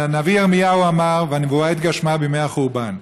והנביא ירמיהו אמר, והנבואה התגשמה בימי החורבן: